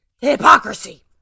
Hypocrisy